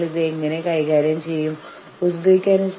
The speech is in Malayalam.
നിങ്ങൾ എന്തിനെക്കുറിച്ചാണ് സംസാരിക്കുന്നത്